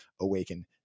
awaken